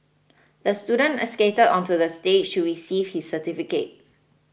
the student skated onto the stage to receive his certificate